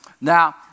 Now